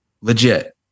Legit